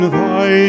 thy